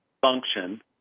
function